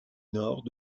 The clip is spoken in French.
nord